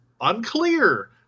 unclear